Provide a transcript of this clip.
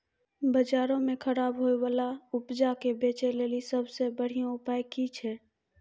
बजारो मे खराब होय बाला उपजा के बेचै लेली सभ से बढिया उपाय कि छै?